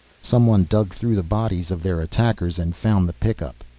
someone dug through the bodies of their attackers and found the pickup.